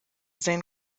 sein